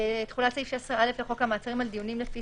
"תחולת סעיף 16א לחוק המעצרים על דיונים לפי